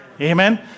Amen